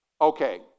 Okay